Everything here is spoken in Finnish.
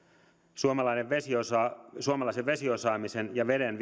suomalaisen vesiosaamisen suomalaisen vesiosaamisen ja veden